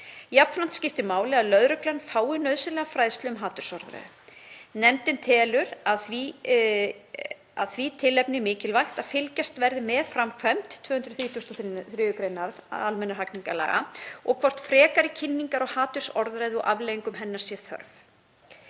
Jafnframt skiptir máli að lögreglan fái nauðsynlega fræðslu um hatursorðræðu. Nefndin telur af því tilefni mikilvægt að fylgst verði með framkvæmd 233. gr. a almennra hegningarlaga og hvort frekari kynningar á hatursorðræðu og afleiðingum hennar sé þörf.